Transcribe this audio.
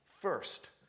first